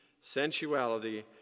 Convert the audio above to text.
sensuality